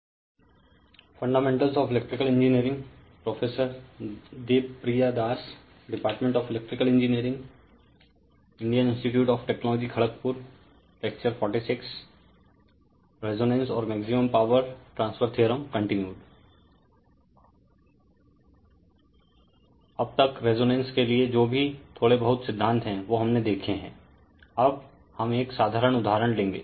Fundamentals of Electrical Engineering fundamentals of electrical engineering Prof Debapriya Das prof Debapriya Das Department of Electrical Engineering department of electrical engineering Indian institute of Technology Kharagpur इंडियन इंस्टिट्यूट ऑफ़ टेक्नोलॉजी खरगपुर Lecture - 46 lecture 46 Resonance and Maximum Power Transfer Theorem Contd resonance और maximum power transfer theorem continued Refer Slide Time 0023 अब तक resonance के लिए जो भी थोड़े बहुत सिद्धांत है वो हमने देखे हैं अब हम एक साधारण उदाहरण लेंगें